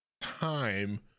time